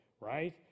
right